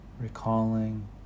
recalling